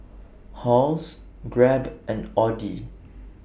Halls Grab and Audi